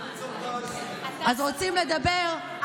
אז רוצים לדבר?